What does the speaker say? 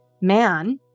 man